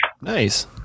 Nice